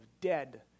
Dead